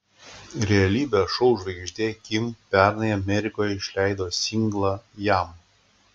realybės šou žvaigždė kim pernai amerikoje išleido singlą jam